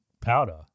powder